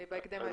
בהקדם האפשרי.